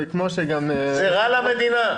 זה רע למדינה.